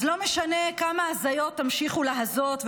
אז לא משנה כמה הזיות תמשיכו להזות,